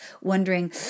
wondering